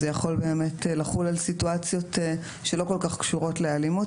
זה יכול לחול באמת על סיטואציות שלא כל כך קשורות תמיד לאלימות.